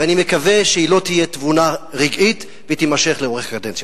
ואני מקווה שהיא לא תהיה תבונה רגעית ותימשך לאורך קדנציה.